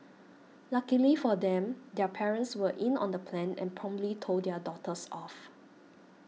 luckily for them their parents were in on the plan and promptly told their daughters off